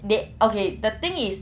they okay the thing is